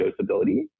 dosability